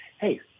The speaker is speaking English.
Hey